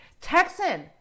Texan